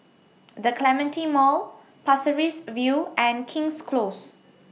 The Clementi Mall Pasir Ris View and King's Close